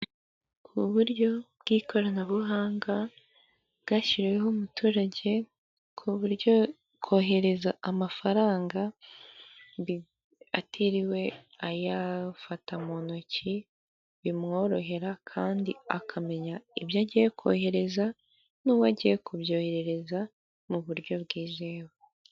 Ubu buryo bw'ikoranabuhanga bwashyiriweho umuturage ku buryo kohereza amafaranga atiriwe ayafata mu ntoki bimworohera kandi akamenya ibyo agiye kohereza n'uwo agiye kubyoherereza mu buryo bwizewe.